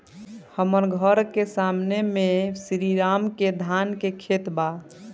हमर घर के सामने में श्री राम के धान के खेत बा